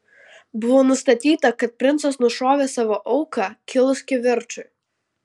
buvo nustatyta kad princas nušovė savo auką kilus kivirčui